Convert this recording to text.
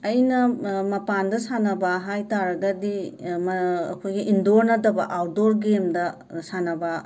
ꯑꯩꯅ ꯃꯄꯥꯟꯗ ꯁꯥꯟꯅꯕ ꯍꯥꯏ ꯇꯥꯔꯒꯗꯤ ꯃ ꯑꯩꯈꯣꯏ ꯏꯟꯗꯣꯔ ꯅꯠꯇꯕ ꯑꯥꯎ꯭ꯇꯗꯣꯔ ꯒꯦꯝꯗ ꯁꯥꯟꯅꯕ